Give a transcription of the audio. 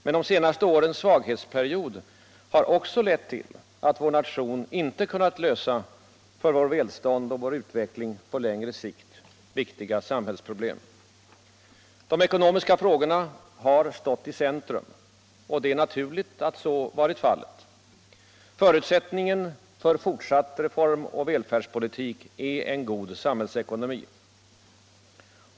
Men de senaste årens svaghetsperiod har också lett till att vår nation inte har kunnat lösa för vårt välstånd och vår utveckling på längre sikt viktiga samhällsproblem. De ekonomiska frågorna har stått i centrum. Det är naturligt att så varit fallet. Förutsättningen för fortsatt reformoch välfärdspolitik är en god samhällsekonomi.